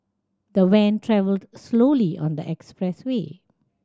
the van travelled slowly on the expressway